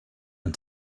and